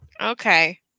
okay